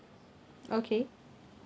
okay